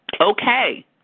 Okay